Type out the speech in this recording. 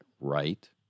right